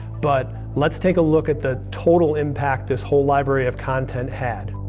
but let's take a look at the total impact this whole library of content had.